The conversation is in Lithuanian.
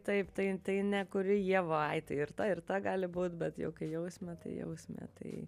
taip tai tai ne kuri ieva ai tai ir ta ir ta gali būt bet jau kai jausmė tai jausmė tai